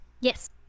Yes